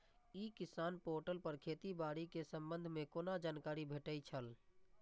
ई किसान पोर्टल पर खेती बाड़ी के संबंध में कोना जानकारी भेटय छल?